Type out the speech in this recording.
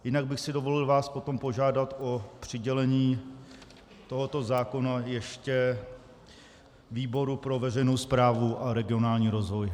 Jinak bych si dovolil vás potom požádat o přidělení tohoto zákona ještě výboru pro veřejnou správu a regionální rozvoj.